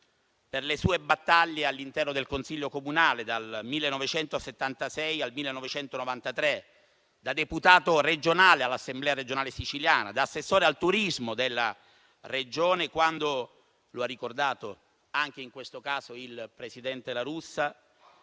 per le sue battaglie all'interno del Consiglio comunale, dal 1976 al 1993, da deputato regionale all'Assemblea Regionale Siciliana, da assessore al turismo della Regione, quando - lo ha ricordato anche in questo caso il presidente La Russa